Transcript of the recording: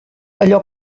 allò